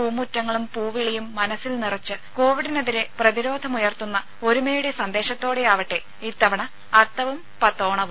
പൂമുറ്റങ്ങളും പൂവിളിയും മനസ്സിൽ നിറച്ച് കോവിഡിനെതിരെ പ്രതിരോധമുയർത്തുന്ന ഒരുമയുടെ സന്ദേശത്തോടെയാവട്ടെ ഇത്തവണ അത്തവും പത്തോണവും